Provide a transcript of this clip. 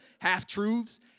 half-truths